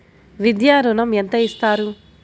విద్యా ఋణం ఎంత ఇస్తారు?